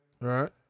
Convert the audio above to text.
right